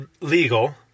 legal